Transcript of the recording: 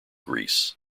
greece